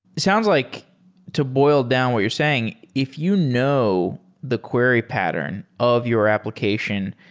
it sound like to boil down what you're saying, if you know the query pattern of your application,